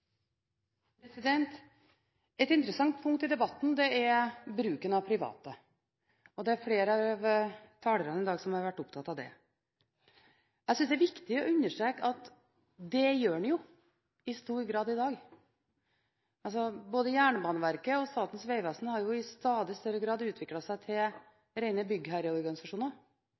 Et interessant punkt i debatten er bruken av private, og det er flere av talerne i dag som har vært opptatt av det. Jeg synes det er viktig å understreke at det gjør en jo i stor grad i dag. Både Jernbaneverket og Statens vegvesen har i stadig større grad utviklet seg til